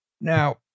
Now